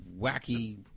wacky